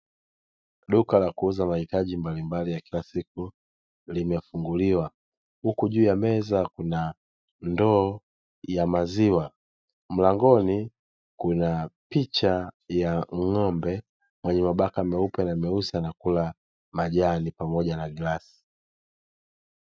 Duka la kuuza mahitaji mbalimbali ya kila siku limefunguliwa, huku juu ya meza kuna ndoo ya maziwa. Mlangoni kuna picha ya ng’ombe mwenye mabaka meusi na meupe anakula majani pamoja na glasi.